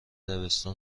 دبستان